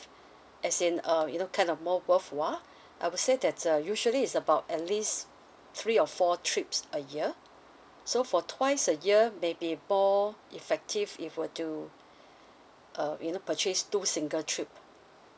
as in uh you know kind of more worth !wah! I would say that's a usually it's about at least three or four trips a year so for twice a year maybe more effectively if were to uh you know purchase two single trip